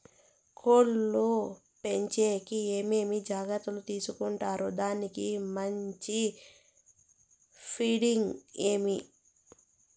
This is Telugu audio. కోళ్ల పెంచేకి ఏమేమి జాగ్రత్తలు తీసుకొంటారు? దానికి మంచి ఫీడింగ్ ఏమి?